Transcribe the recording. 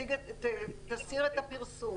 ותסיר את הפרסום.